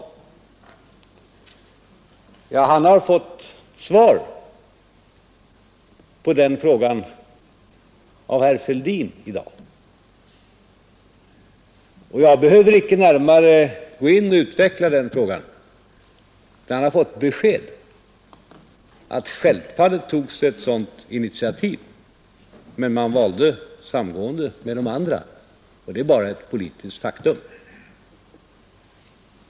Ja, herr Kristiansson har fått svar på den frågan av herr Fälldin i dag, och jag behöver icke närmare utveckla det. Han har fått beskedet att det självfallet togs ett sådant initiativ men att man valde samgående med de andra. Det är bara ett politiskt faktum.